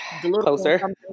Closer